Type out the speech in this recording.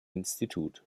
institut